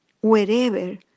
wherever